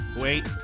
wait